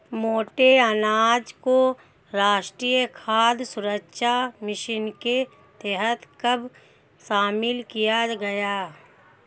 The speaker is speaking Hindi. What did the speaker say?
मोटे अनाज को राष्ट्रीय खाद्य सुरक्षा मिशन के तहत कब शामिल किया गया?